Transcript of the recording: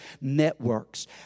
networks